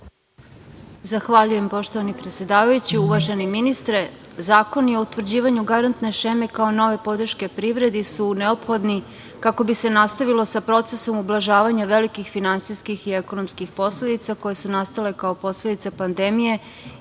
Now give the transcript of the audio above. Zahvaljujem. Poštovani predsedavajući, uvaženi ministre, zakoni o utvrđivanju garantne šeme, kao nove podrške privredi su neophodni kako bi se nastavilo sa procesom ublažavanja velikih finansijskih i ekonomskih posledica, koje su nastale kao posledica pandemije